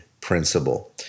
principle